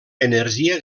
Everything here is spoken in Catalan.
energia